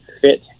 fit